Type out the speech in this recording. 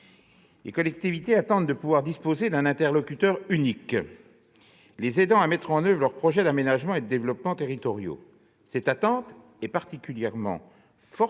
les collectivités, c'est de pouvoir disposer d'un interlocuteur unique les aidant à mettre en oeuvre leurs projets d'aménagement et de développement territoriaux. Cette attente est particulièrement forte